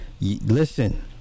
listen